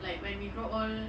like when we grow old